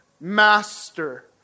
Master